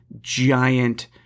giant